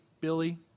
Billy